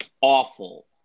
awful